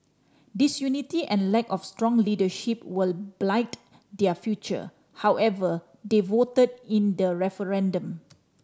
disunity and lack of strong leadership will blight their future however they voted in the referendum